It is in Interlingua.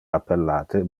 appellate